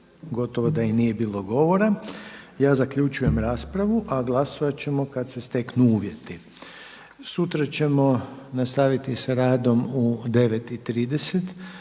gotovo da i nije bilo govora. Ja zaključujem raspravu, a glasovat ćemo kad se steknu uvjeti. Sutra ćemo nastaviti sa radom u 9,30